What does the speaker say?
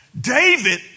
David